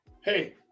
Hey